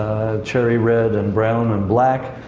cherry red and brown and black.